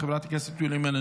חברת הכנסת מרב מיכאלי,